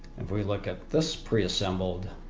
if we look at this preassembled